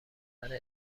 نظر